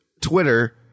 Twitter